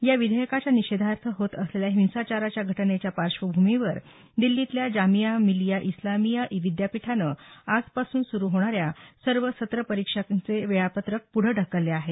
या विधेयकाच्या निषेधार्थ होत असलेल्या हिंसाचाराच्या घटनेच्या पार्श्वभूमीवर दिल्लीतल्या जामिया मिलीय इस्लामिया विद्यापीठानं आजपासून सुरु होणाऱ्या सर्व सत्र परीक्षांचे वेळापत्रक पुढं ढकललं आहे